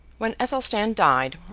when athelstan died,